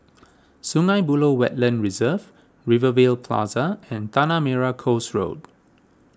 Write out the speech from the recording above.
Sungei Buloh Wetland Reserve Rivervale Plaza and Tanah Merah Coast Road